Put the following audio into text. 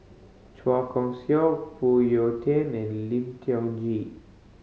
Chua Kon Siong Phoon Yew Tien and Lim Tiong Ghee